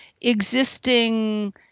existing